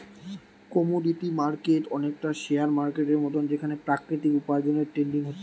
commodity market অনেকটা share মার্কেটের মতন যেখানে প্রাকৃতিক উপার্জনের ট্রেডিং হচ্ছে